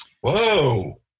whoa